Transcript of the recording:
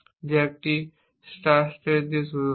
যা একটি start state দিয়ে শুরু হবে